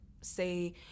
say